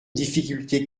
difficulté